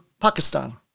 Pakistan